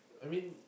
I mean